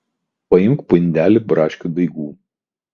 paimk pundelį braškių daigų